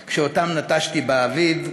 / כשאותם נטשתי באביב,